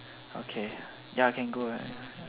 okay ya can go right